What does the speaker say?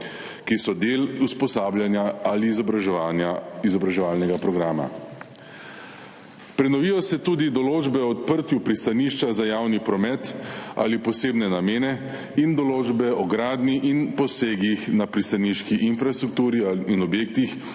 ki so del usposabljanja ali izobraževalnega programa. Prenovijo se tudi določbe o odprtju pristanišča za javni promet ali posebne namene in določbe o gradnji in posegih na pristaniški infrastrukturi in objektih,